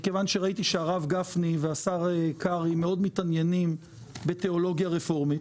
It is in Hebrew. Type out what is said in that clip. מכיוון שראיתי שהרב גפני והשר קרעי מאוד מתעניינים בתאולוגיה רפורמית,